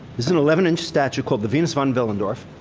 this is an eleven inch statue called the venus von willendorf.